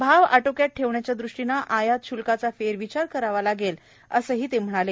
भाव आटोक्यात ठेवण्याच्या दृष्टीने आयात शुल्काचा फेरविचार करावा लागेल असं ते म्हणाले